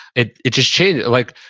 it it just changed like,